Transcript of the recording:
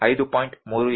98 5